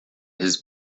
his